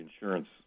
insurance